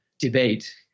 debate